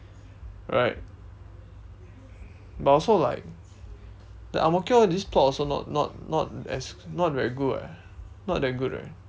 right but also like the ang-mo-kio this plot also not not not as not very good eh not that good right